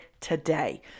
today